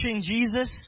Jesus